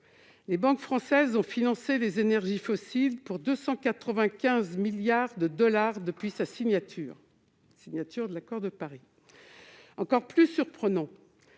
les banques françaises ont financé les énergies fossiles pour 295 milliards de dollars depuis la signature de l'accord. Encore plus surprenant,